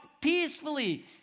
peacefully